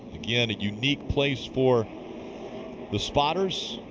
yeah and unique place for the spotters.